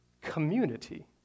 community